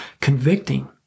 Convicting